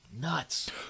nuts